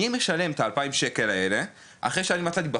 אני משלם את ה-2,000 ₪ האלה רק אחרי שאני מצאתי את הפוסט הזה